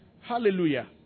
Hallelujah